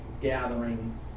gathering